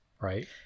Right